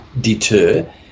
deter